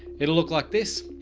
it'll look like this.